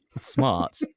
Smart